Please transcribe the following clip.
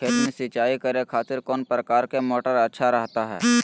खेत में सिंचाई करे खातिर कौन प्रकार के मोटर अच्छा रहता हय?